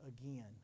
again